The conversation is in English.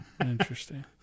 Interesting